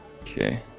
okay